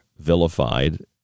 vilified